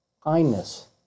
kindness